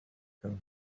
him